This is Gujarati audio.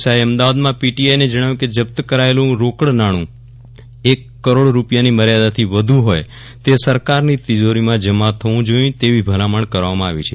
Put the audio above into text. શાહે અમદાવાદમાં પીટીઆઇને જણાવ્યું કે જપ્ત કરાયેલું રોકડ નાણું એક કરોડ રૂપિયાની મર્યાદાથી વ્ધુ હોય તે સરકારની તિજોરીમાં જમા થવું જોઇએ તેવી ભલામણ કરવામાં આવી છે